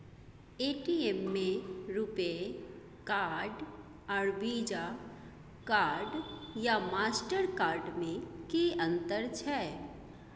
ATM में RuPay card आर Visa card या मास्टर कार्ड में कि अतंर छै?